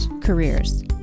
careers